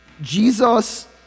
Jesus